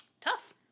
Tough